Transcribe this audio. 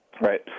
Right